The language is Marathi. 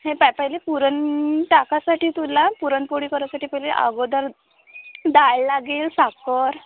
हे पाहा पहिले पुरण टाकायसाठी तुला पुरणपोळी करायसाठी पहिले अगोदर डाळ लागेल साखर